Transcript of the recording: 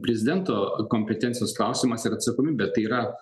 prezidento kompetencijos klausimas ir atsakomybė tai yra